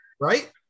Right